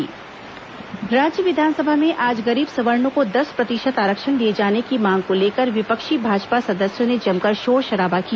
विस सवर्ण आरक्षण राज्य विधानसभा में आज गरीब सवर्णो को दस प्रतिशत आरक्षण दिए जाने की मांग को लेकर विपक्षी भाजपा सदस्यों ने जमकर शोर शराबा किया